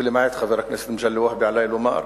למעט חבר הכנסת מגלי והבה, עלי לומר,